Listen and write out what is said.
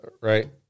Right